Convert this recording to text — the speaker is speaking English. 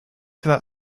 that